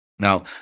Now